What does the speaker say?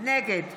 נגד